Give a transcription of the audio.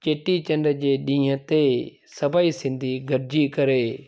चेटी चंड जे ॾींहं ते सभई सिंधी गॾिजी करे